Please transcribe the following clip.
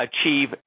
achieve